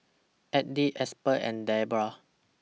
Abdiel Aspen and Debra